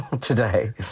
today